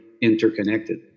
interconnected